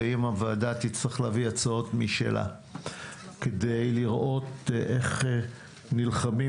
ואם הוועדה תצטרך להביא הצעות משלה כדי לראות איך נלחמים